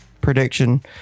prediction